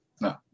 No